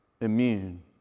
immune